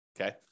okay